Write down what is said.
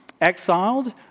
exiled